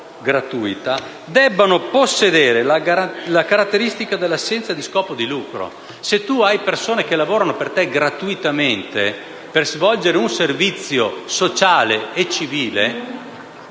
gratuita), debbano possedere la caratteristica dell'assenza dello scopo di lucro. Se persone lavorano gratuitamente per svolgere un servizio sociale e civile,